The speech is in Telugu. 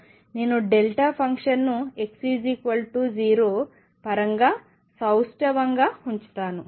నేను డెల్టా ఫంక్షన్ను x0 పరంగా సౌష్టవంగా ఉంచుతాను